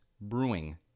Brewing